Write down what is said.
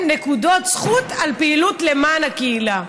נקודות זכות על פעילות למען הקהילה.